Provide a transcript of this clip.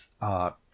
Art